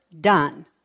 done